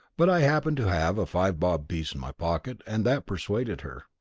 but i happened to have a five-bob piece in my pocket and that persuaded her.